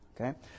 okay